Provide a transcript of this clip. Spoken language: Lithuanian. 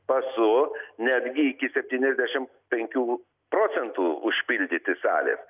pasu netgi iki septyniasdešim penkių procentų užpildyti salės